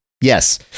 yes